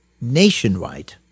nationwide